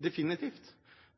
definitivt.